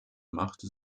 machte